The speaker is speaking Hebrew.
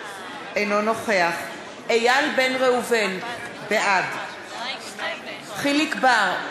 אינו נוכח איל בן ראובן, בעד יחיאל חיליק בר,